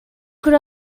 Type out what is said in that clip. could